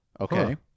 Okay